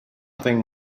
thing